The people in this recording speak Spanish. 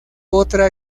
otra